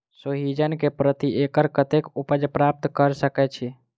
सोहिजन केँ प्रति एकड़ कतेक उपज प्राप्त कऽ सकै छी?